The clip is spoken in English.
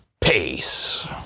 Peace